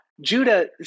Judah